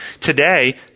today